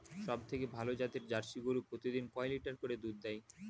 সবথেকে ভালো জাতের জার্সি গরু প্রতিদিন কয় লিটার করে দুধ দেয়?